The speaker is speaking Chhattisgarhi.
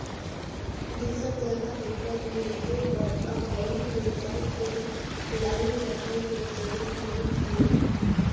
दुसर जघा पइसा भेजे बर अब बेंक में जाए के लाईन लगाए के जरूरत नइ पुरे